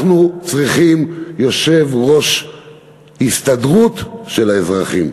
אנחנו צריכים יושב-ראש הסתדרות של האזרחים.